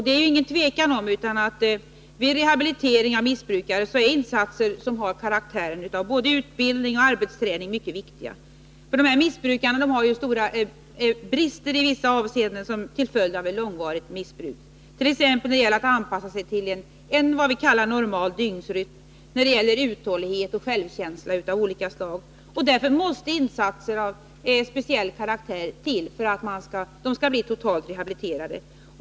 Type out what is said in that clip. Det är inget tvivel om att insatser som har karaktären av både utbildning och arbetsträning är mycket viktiga vid rehabilitering av missbrukare. De har stora brister i vissa avseenden till följd av ett långvarigt missbruk. De har svårigheter att anpassa sig till vad vi kallar en normal dygnsrytm, och de har brister av olika slag när det gäller uthållighet och självkänsla. Därför måste det till insatser av speciell karaktär för att de skall bli totalt rehabiliterade.